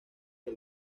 que